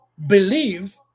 believe